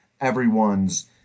everyone's